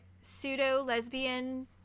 pseudo-lesbian